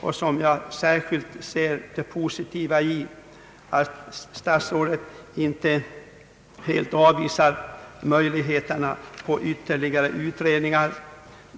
Jag betraktar det såsom särskilt positivt att statsrådet inte helt avvisar möjligheterna till ytterligare utredningar.